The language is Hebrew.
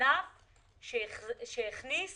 ענף שהכניס